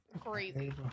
crazy